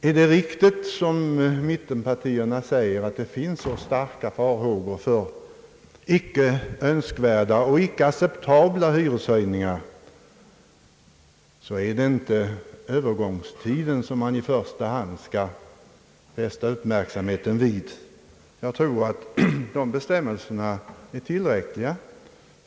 Är det riktigt, som mittenpartierna säger, att det finns starka farhågor för icke önskvärda och icke acceptabla hyreshöjningar, så är det inte övergångstiden som man i första hand skall fästa uppmärksamheten vid. Jag tror att de av regeringen föreslagna bestämmelserna är tillräckliga.